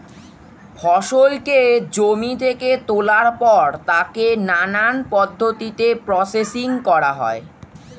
ফসলকে জমি থেকে তোলার পর তাকে নানান পদ্ধতিতে প্রসেসিং করা হয়